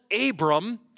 Abram